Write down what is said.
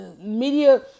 media